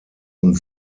und